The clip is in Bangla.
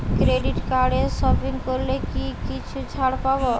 ক্রেডিট কার্ডে সপিং করলে কি কিছু ছাড় পাব?